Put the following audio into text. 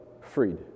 Freed